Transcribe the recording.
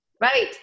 right